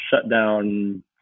shutdown